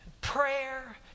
prayer